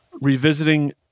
Revisiting